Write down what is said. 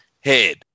head